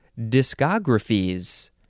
discographies